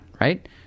right